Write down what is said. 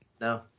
No